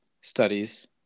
studies